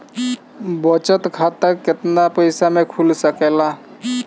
बचत खाता केतना पइसा मे खुल सकेला?